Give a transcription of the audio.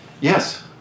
Yes